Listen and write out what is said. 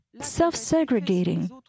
self-segregating